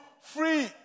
free